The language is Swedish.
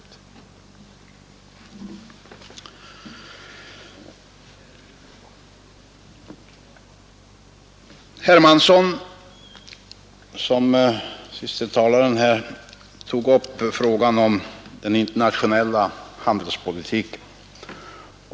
Herr Hermansson, den senaste talaren här, tog upp frågan om den internationella handelspolitiken.